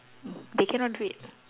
they cannot do it